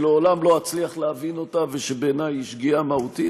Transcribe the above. שלעולם לא אצליח להבין אותה ושבעיני היא שגיאה מהותית.